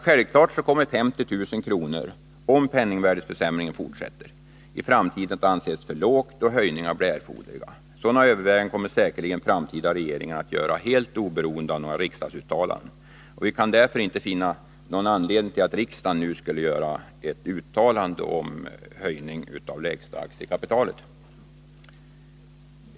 Självklart kommer 50 000 kr., om penningvärdeförsämringen fortsätter, i framtiden att anses för lågt och höjningar bli erforderliga. Sådana överväganden kommer säkerligen framtida regeringar att göra helt oberoende av några riksdagsuttalanden. Vi kan därför inte finna någon anledning till att riksdagen nu skulle göra ett uttalande om höjning av lägsta aktiekapitalet.